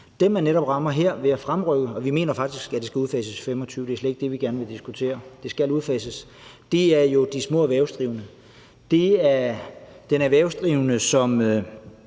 Dem, man netop rammer ved at fremrykke udfasningen – og vi mener faktisk, at det skal udfases i 2025; det er slet ikke det, vi vil diskutere, for det skal udfases – er jo de små erhvervsdrivende. Det er de erhvervsdrivende, som